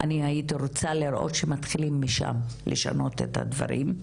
אני הייתי רוצה לראות שמתחילים משם לשנות את הדברים,